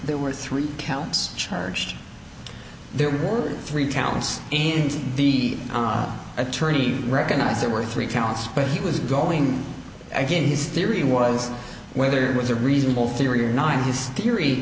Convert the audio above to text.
there were three counts charged there were three towns in the op attorney recognize there were three counts but he was going again his theory was whether it was a reasonable theory or not his theory